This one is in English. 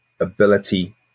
ability